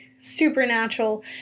supernatural